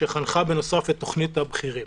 כשחנכה בנוסף את תכנית הבכירים.